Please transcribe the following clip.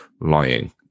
lying